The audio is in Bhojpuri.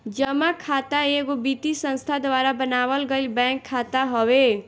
जमा खाता एगो वित्तीय संस्था द्वारा बनावल गईल बैंक खाता हवे